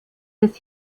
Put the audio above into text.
des